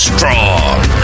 Strong